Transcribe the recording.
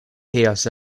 chaos